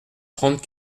trente